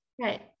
Right